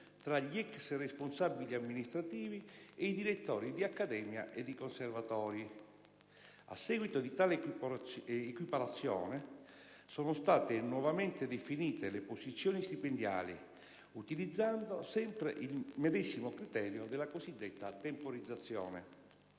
tra gli ex responsabili amministrativi ed i direttori di accademia e di conservatori. A seguito di tale equiparazione sono state nuovamente definite le posizioni stipendiali, utilizzando sempre il medesimo criterio della cosiddetta temporizzazione.